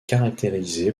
caractérisé